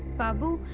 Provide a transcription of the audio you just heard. babu?